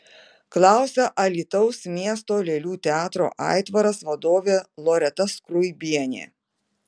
klausia alytaus miesto lėlių teatro aitvaras vadovė loreta skruibienė